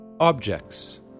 Objects